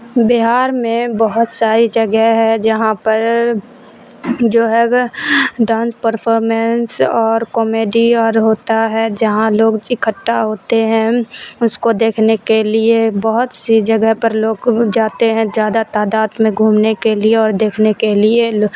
بہار میں بہت ساری جگہ ہے جہاں پر جو ہے ڈانس پرفامینس اور کومیڈی اور ہوتا ہے جہاں لوگ اکھٹا ہوتے ہیں اس کو دیکھنے کے لیے بہت سی جگہ پر لوگ جاتے ہیں زیادہ تعدات میں گھومنے کے لیے اور دیکھنے کے لیے